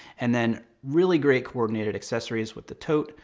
and then, really great coordinated accessories, with the tote,